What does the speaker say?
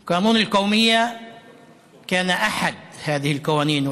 הערבית, להלן תרגומם: שיטפון של חוקים גזעניים.